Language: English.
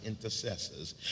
intercessors